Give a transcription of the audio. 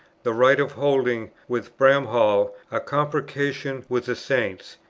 the right of holding with bramhall a comprecation with the saints,